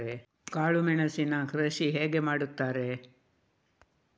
ಕಾಳು ಮೆಣಸಿನ ಕೃಷಿ ಹೇಗೆ ಮಾಡುತ್ತಾರೆ?